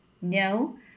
No